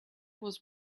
was